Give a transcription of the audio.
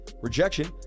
Rejection